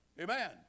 Amen